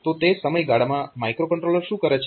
તો તે સમયગાળામાં માઇક્રોકન્ટ્રોલર શું કરે છે